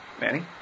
Manny